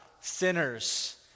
sinners